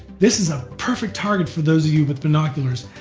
this is a perfect target for those of you with binoculars,